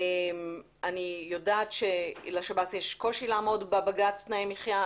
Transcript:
אני יודעת שלשב"ס יש קושי לעמוד בבג"ץ תנאי מחיה.